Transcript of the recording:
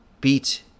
beat